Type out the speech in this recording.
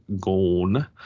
gone